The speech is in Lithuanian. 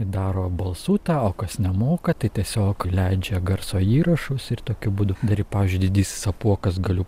daro balsu tą o kas nemoka tai tiesiog leidžia garso įrašus ir tokiu būdu dar ir pavyzdžiui didysis apuokas galiu